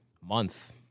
month